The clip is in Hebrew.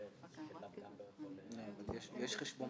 יש חשבון